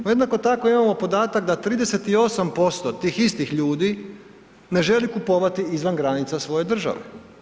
No jednako tako imamo podatak da 38% tih istih ljudi ne želi kupovati izvan granica svoje države.